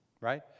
Right